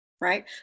right